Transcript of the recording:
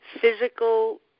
physical